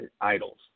idols